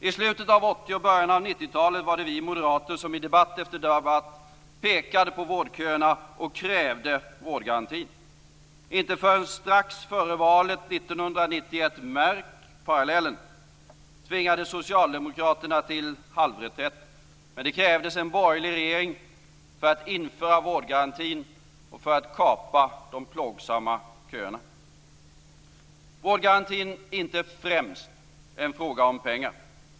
I slutet av 80-talet och början av 90-talet var det vi moderater som i debatt efter debatt pekade på vårdköerna och krävde vårdgarantin. Inte förrän strax före valet 1991 - märk parallellen - tvingades Socialdemokraterna till halvreträtt. Men det krävdes en borgerlig regering för att införa vårdgarantin och för att kapa de plågsamma köerna. Vårdgarantin är inte främst en fråga om pengar.